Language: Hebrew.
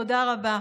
תודה רבה.